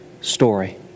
story